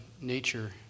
nature